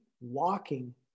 walking